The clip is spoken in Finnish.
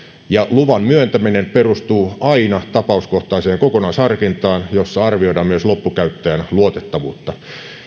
luvan myöntäminen perustuu aina tapauskohtaiseen kokonaisharkintaan jossa arvioidaan myös loppukäyttäjän luotettavuutta